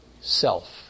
self